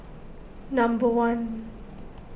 number one